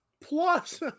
Plus